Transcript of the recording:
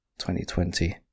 2020